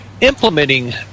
implementing